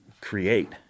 create